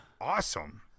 Awesome